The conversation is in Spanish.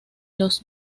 los